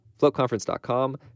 floatconference.com